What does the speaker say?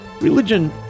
Religion